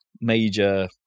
major